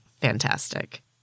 fantastic